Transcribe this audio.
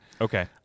Okay